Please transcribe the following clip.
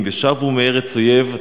ושני הפסוקים האלמותיים: "ושבו מארץ אויב",